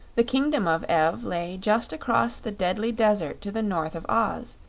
the kingdom of ev lay just across the deadly desert to the north of oz,